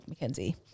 McKenzie